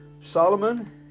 Solomon